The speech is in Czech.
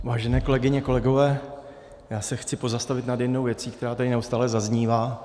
Vážené kolegyně, kolegové, já se chci pozastavit nad jednou věcí, která tady neustále zaznívá.